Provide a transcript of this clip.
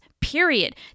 period